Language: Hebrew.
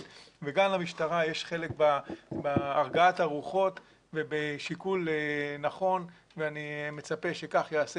וגם למשטרה יש חלק בהרגעת הרוחות ובשיקול נכון ואני מצפה שכך ייעשה,